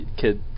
kid